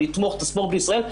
לתמוך את הספורט בישראל.